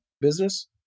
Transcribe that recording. business